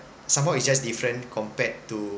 somehow it's just different compared to